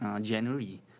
January